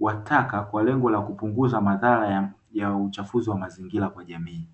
wa taka kwa lengo la kupunguza madhara ya uchafuzi wa mazingira kwa jamii.